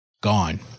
gone